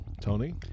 Tony